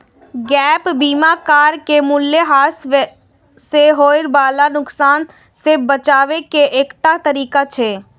gap बीमा car के मूल्यह्रास सं होय बला नुकसान सं बचाबै के एकटा तरीका छियै